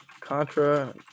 Contra